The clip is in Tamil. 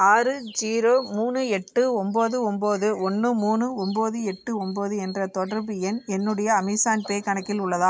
ஆறு ஜீரோ மூணு எட்டு ஒம்பது ஒம்பது ஒன்று மூணு ஒம்பது எட்டு ஒம்பது என்ற தொடர்பு எண் என்னுடைய அமேஸான் பே கணக்கில் உள்ளதா